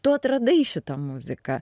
tu atradai šitą muziką